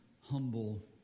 humble